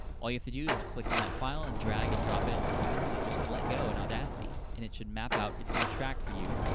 all you have to do is click on that file and drag and drop it and literally just let go in audacity and it should map out its own track for you,